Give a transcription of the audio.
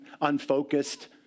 unfocused